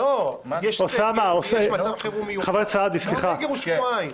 אין החלטה כזאת.